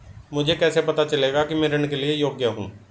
मुझे कैसे पता चलेगा कि मैं ऋण के लिए योग्य हूँ?